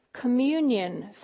communion